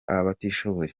abatishoboye